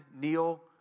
kneel